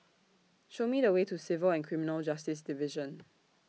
Show Me The Way to Civil and Criminal Justice Division